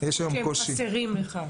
או שחסרים לך?